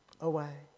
away